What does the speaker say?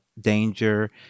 danger